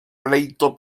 pleito